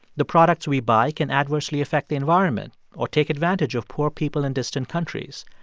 the products we buy can adversely affect the environment or take advantage of poor people in distant countries.